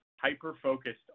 hyper-focused